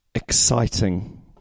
Exciting